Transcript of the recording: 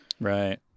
Right